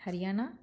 Haryana